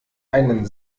einen